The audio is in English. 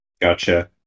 Gotcha